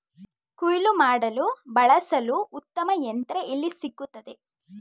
ಕುಯ್ಲು ಮಾಡಲು ಬಳಸಲು ಉತ್ತಮ ಯಂತ್ರ ಎಲ್ಲಿ ಸಿಗುತ್ತದೆ?